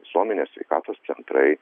visuomenės sveikatos centrai